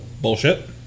Bullshit